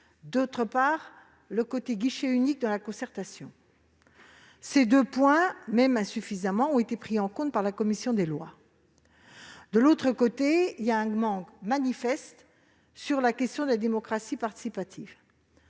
d'autre part, le côté « guichet unique de la concertation ». Ces deux points, même insuffisamment, ont été pris en compte par la commission des lois. Il reste néanmoins un manque manifeste sur la question de la démocratie participative.